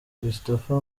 christopher